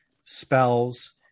spells